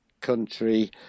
country